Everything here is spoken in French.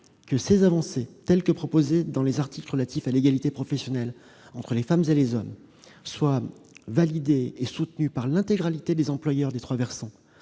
que les avancées proposées dans les articles relatifs à l'égalité professionnelle entre les femmes et les hommes soient validées et soutenues par l'intégralité des employeurs des trois versants